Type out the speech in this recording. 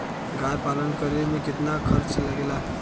गाय पालन करे में कितना खर्चा लगेला?